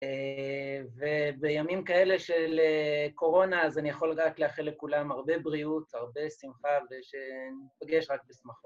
ובימים כאלה של קורונה אז אני יכול רק להחלת לכולם הרבה בריאות, הרבה שמחה ושנפגש רק בשמחות.